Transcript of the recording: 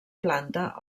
planta